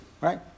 right